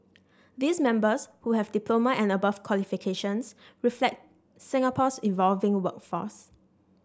these members who have diploma and above qualifications reflect Singapore's evolving workforce